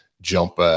jump